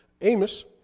Amos